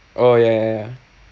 oh ya ya ya